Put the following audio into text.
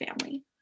family